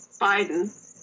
Biden